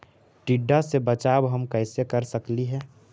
टीडा से बचाव हम कैसे कर सकली हे?